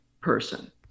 person